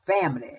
family